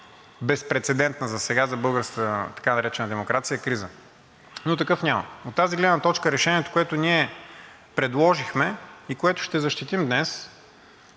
безпрецедентна засега за българската така наречена демокрация криза, но такъв няма. От тази гледна точка решението, което ние предложихме и което ще защитим днес,